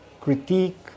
critique